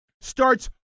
starts